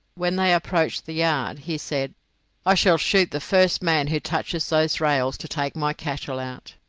when they approached the yard he said i shall shoot the first man who touches those rails to take my cattle out.